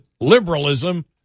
liberalism